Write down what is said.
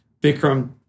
Bikram